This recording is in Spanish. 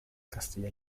castilla